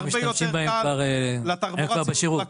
והרבה יותר קל לתחבורה הציבורית --- הם כבר בשירות.